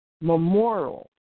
memorial